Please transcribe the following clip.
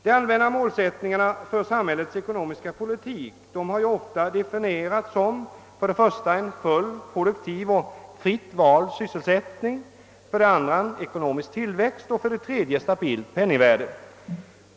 De allmänna målsättningarna för samhällets ekonomiska politik har ofta definierats sålunda: för det första full, produktiv och fritt vald sysselsättning, för det andra ekonomisk tillväxt och för det tredje stabilt penningvärde.